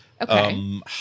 Okay